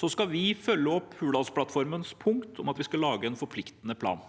Vi skal følge opp Hurdalsplattformens punkt om at vi skal lage en forpliktende plan,